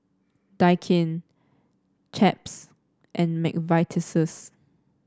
Daikin Chaps and McVitie's